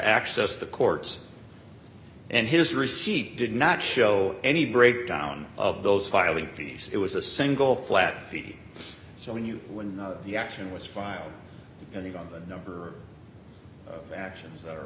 access the courts and his receipt did not show any breakdown of those filing fees it was a single flat feet so when you when the action was filed in the number of actions